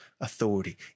authority